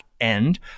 end